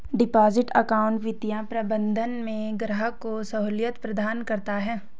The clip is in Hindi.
डिपॉजिट अकाउंट वित्तीय प्रबंधन में ग्राहक को सहूलियत प्रदान करता है